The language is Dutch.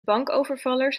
bankovervallers